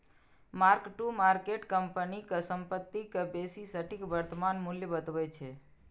mark to market company के संपत्ति के बेसी सटीक वर्तमान मूल्य बतबै छै